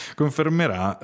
confermerà